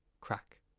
Crack